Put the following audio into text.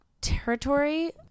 territory